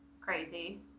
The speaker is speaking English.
crazy